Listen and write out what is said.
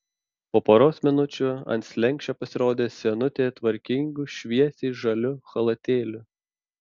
po poros minučių ant slenksčio pasirodė senutė tvarkingu šviesiai žaliu chalatėliu